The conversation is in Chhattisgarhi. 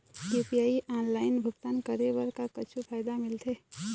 यू.पी.आई ऑनलाइन भुगतान करे बर का कुछू फायदा मिलथे?